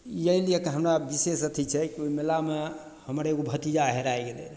ई अइ लएके हमरा विशेष अथी छै कि ओइ मेलामे हमर एगो भतीजा हेराय गेलय